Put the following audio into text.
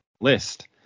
list